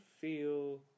feel